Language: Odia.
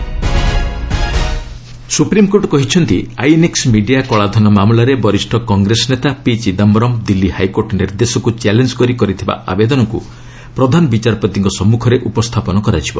ଏସ୍ସି ଚିଦାମ୍ଘରମ୍ ସୁପ୍ରିମ୍କୋର୍ଟ କହିଛନ୍ତି ଆଇଏନ୍ଏକ୍ୱ ମିଡିଆ କଳାଧନ ମାମଲାରେ ବରିଷ୍ଣ କଂଗ୍ରେସ ନେତା ପି ଚିଦାୟରମ୍ ଦିଲ୍ଲୀ ହାଇକୋର୍ଟ ନିର୍ଦ୍ଦେଶକୁ ଚ୍ୟାଲେଞ୍ଜ୍ କରି କରିଥିବା ଆବେଦନକୁ ପ୍ରଧାନ ବିଚାରପତିଙ୍କ ସମ୍ମୁଖରେ ଉପସ୍ଥାପନ କରାଯିବ